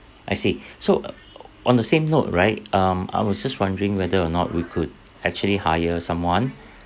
I see so on the same note right um I was just wondering whether or not we could actually hire someone